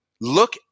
look